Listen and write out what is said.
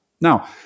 Now